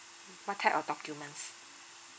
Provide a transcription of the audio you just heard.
what type of documents